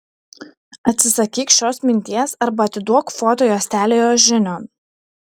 atsisakyk šios minties arba atiduok foto juostelę jos žinion